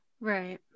right